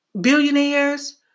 billionaires